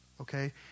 okay